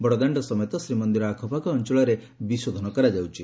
ବଡଦାଣ୍ଡ ସମେତ ଶ୍ରୀମନ୍ଦିର ଆଖପାଖ ଅଞ୍ଞଳରେ ବିଶୋଧନ କରାଯାଉଛି